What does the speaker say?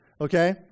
Okay